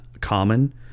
common